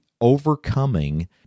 overcoming